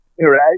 Right